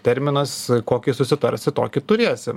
terminas kokį susitarsi tokį turėsime